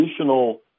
additional